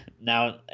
now